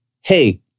hey